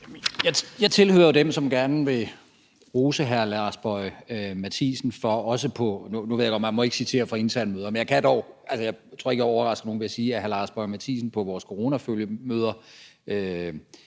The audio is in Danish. Jeg tilhører dem, som gerne vil rose hr. Lars Boje Mathiesen. Nu ved jeg godt, at man ikke må citere fra interne møder, men jeg tror ikke, jeg overrasker nogen ved at sige, at hr. Lars Boje Mathiesen på vores coronafølgemøder